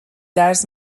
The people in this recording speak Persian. درس